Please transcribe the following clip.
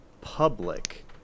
public